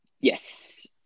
Yes